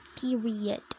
Period